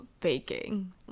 baking